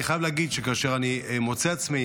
אני חייב להגיד שכאשר אני מוצא את עצמי